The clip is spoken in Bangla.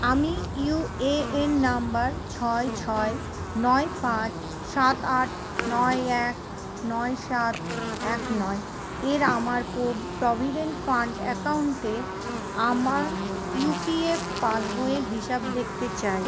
আমি ইউএএন নম্বর ছয় ছয় নয় পাঁচ সাত আট নয় এক নয় সাত এক নয়ের আমার প্রভিডেন্ট ফান্ড অ্যাকাউন্টে আমার ইপিএফও পাসবইয়ের হিসেব দেখতে চাই